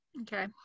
Okay